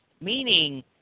Meaning